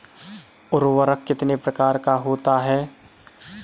उर्वरक कितने प्रकार का होता है?